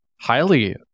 highly